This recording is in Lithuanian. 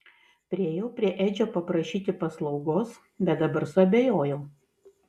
priėjau prie edžio paprašyti paslaugos bet dabar suabejojau